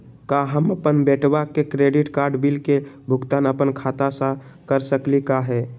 का हम अपन बेटवा के क्रेडिट कार्ड बिल के भुगतान अपन खाता स कर सकली का हे?